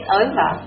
over